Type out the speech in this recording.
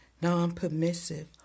non-permissive